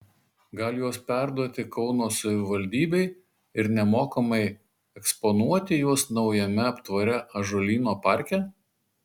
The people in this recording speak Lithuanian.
gal juos perduoti kauno savivaldybei ir nemokamai eksponuoti juos naujame aptvare ąžuolyno parke